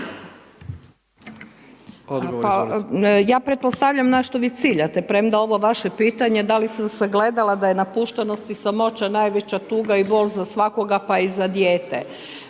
Ja pretpostavljam na što vi ciljate, premda ovo vaše pitanje, da li sam sagledala da je napuštenost i samoća najveća tuga i bol za svakoga pa i za dijete.